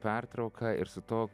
pertrauka ir su to